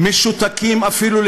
משותקים אפילו,